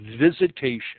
visitation